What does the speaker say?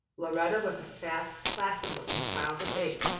lauretta was a fat, placid-looking child of eight,